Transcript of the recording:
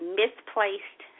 misplaced